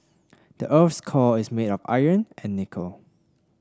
the earth's core is made of iron and nickel